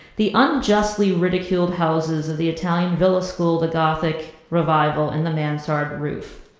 the unjustly ridiculed houses of the italian villa school, the gothic revival, and the mansard roof.